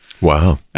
Wow